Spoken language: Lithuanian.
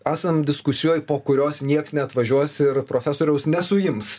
esam diskusijoj po kurios nieks neatvažiuos ir profesoriaus nesuims